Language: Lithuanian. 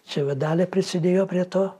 čia va dalia prisidėjo prie to